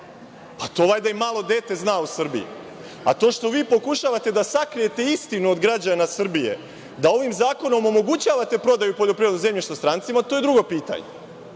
to valjda i malo dete zna u Srbiji, a to što vi pokušavate da sakrijete istinu od građana Srbije da ovim zakonom omogućavate prodaju poljoprivrednog zemljišta strancima, to je drugo pitanje.